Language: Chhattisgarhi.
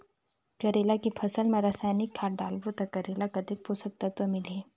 करेला के फसल मा रसायनिक खाद डालबो ता करेला कतेक पोषक तत्व मिलही?